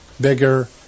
bigger